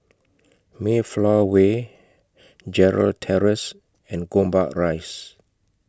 Mayflower Way Gerald Terrace and Gombak Rise